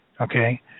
Okay